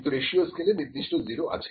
কিন্তু রেশিও স্কেলে নির্দিষ্ট 0 আছে